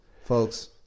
Folks